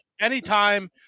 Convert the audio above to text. Anytime